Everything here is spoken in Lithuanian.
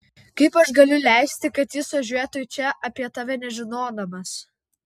kaip aš galiu leisti kad jis važiuotų į čia apie tave nežinodamas